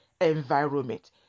environment